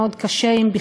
מחירי הדיור עלו